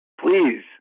please